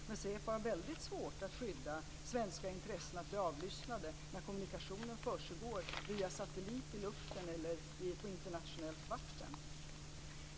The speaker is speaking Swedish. Men säpo har väldigt svårt att skydda svenska intressen från att bli avlyssnade när kommunikationen försiggår via satellit i luften eller på internationellt vatten.